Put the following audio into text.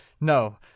No